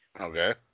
Okay